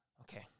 Okay